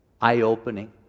eye-opening